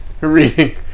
reading